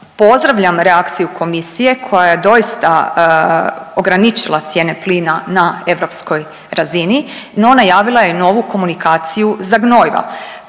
Pozdravljam reakciju komisije koja je doista ograničila cijene plina ne europskoj razini, no najavila je novu komunikaciju za gnojiva.